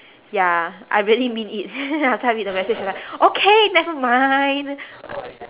ya I really mean it after I read the message I'm like okay never mind